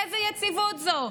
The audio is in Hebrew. איזו יציבות זו?